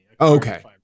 Okay